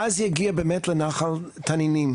ואז היא הגיעה באמת לנחל תנינים.